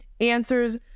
answers